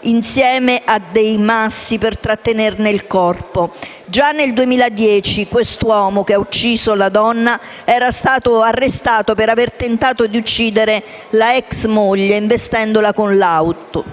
insieme a dei massi per trattenerne il corpo. Già nel 2010 l'uomo che ha ucciso la donna era stato arrestato per aver tentato di uccidere la *ex* moglie investendola con l'auto.